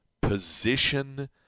position